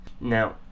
Now